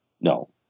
no